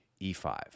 e5